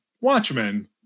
Watchmen